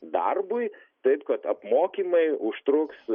darbui taip kad apmokymai užtruks